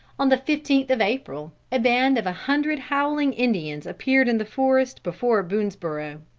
on the fifteenth of april, a band of a hundred howling indians appeared in the forest before boonesborough.